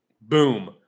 Boom